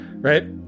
Right